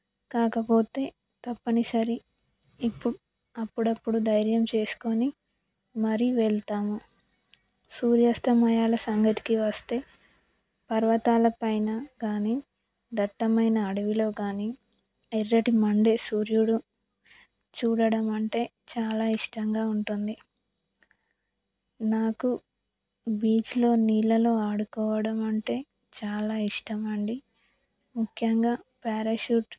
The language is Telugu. కాకపోతే తప్పనిసరి ఇప్పుడు అప్పుడప్పుడు ధైర్యం చేసుకుని మరి వెళ్తాము సూర్యాస్తమయం సంగతికి వస్తే పర్వతాల పైన కానీ దట్టమైన అడవిలో కానీ ఎర్రటి మండే సూర్యుడు చూడడం అంటే చాలా ఇష్టంగా ఉంటుంది నాకు బీచ్లో నీళ్ళలో ఆడుకోవడం అంటే చాలా ఇష్టం అండి ముఖ్యంగా పారాషూట్